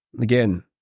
Again